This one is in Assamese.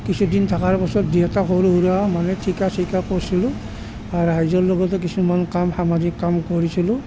কিছুদিন থকাৰ পাছত দেউতাৰ সৰু সুৰা মানে ঠিকা চিকা কৰিছিলোঁ আৰু ৰাইজৰ লগতো কিছুমান কাম সামাজিক কাম কৰিছিলোঁ